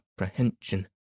apprehension